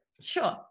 Sure